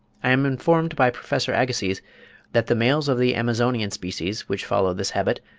i am informed by professor agassiz that the males of the amazonian species which follow this habit,